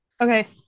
Okay